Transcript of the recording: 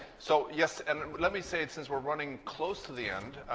so yes, and let me say it since we're running close to the end,